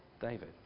David